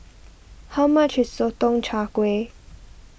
how much is Sotong Char Kway